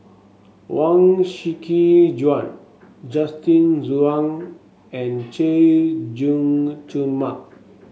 Huang Shiqi Joan Justin Zhuang and Chay Jung Jun Mark